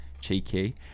Cheeky